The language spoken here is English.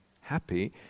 happy